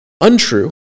untrue